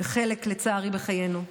וחלק לצערי בחיינו,